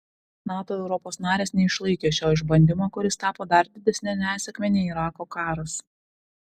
nato europos narės neišlaikė šio išbandymo kuris tapo dar didesne nesėkme nei irako karas